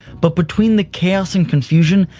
but between the chaos and confusion,